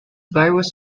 virus